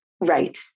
Right